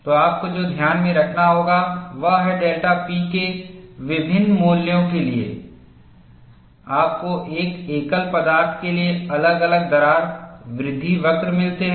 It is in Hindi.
तो आपको जो ध्यान में रखना होगा वह है डेल्टा P के विभिन्न मूल्यों के लिए आपको एक एकल पदार्थ के लिए अलग अलग दरार वृद्धि वक्र मिलते हैं